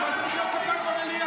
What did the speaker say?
מה זה מחיאות כפיים במליאה?